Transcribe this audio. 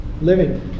living